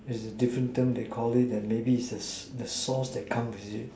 has a different term they Call it and maybe it's this the sauce that come with it